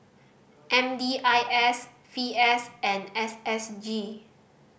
M D I S V S and S S G